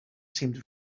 seemed